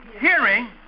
hearing